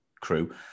crew